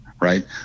Right